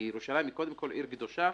כי ירושלים היא קודם כול עיר קדושה